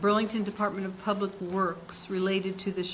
burlington department of public works related to the